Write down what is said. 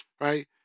right